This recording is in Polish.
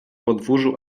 podwórzu